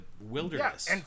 wilderness